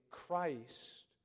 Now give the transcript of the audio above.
Christ